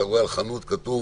אתה רואה על חנות כתוב